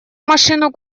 машину